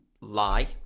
lie